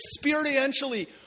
experientially